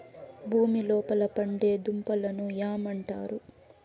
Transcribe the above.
భూమి లోపల పండే దుంపలను యామ్ అంటారు